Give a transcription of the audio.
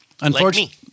Unfortunately